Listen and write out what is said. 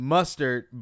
Mustard